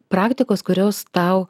praktikos kurios tau